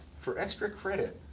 for extra credit,